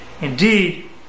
Indeed